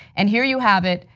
and here you have it,